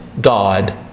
God